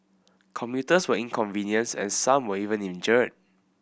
commuters were inconvenienced and some were even injured